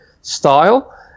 style